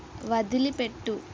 వదిలిపెట్టు